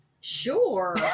Sure